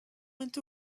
went